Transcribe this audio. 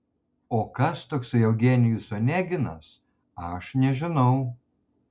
o kas toksai eugenijus oneginas aš nežinau